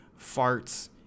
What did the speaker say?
farts